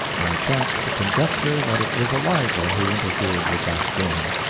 i chance the conjecture that it was eliza who interfered with that game.